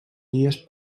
illes